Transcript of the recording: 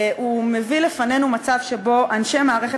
הוא מביא לפנינו למצב שבו אנשי מערכת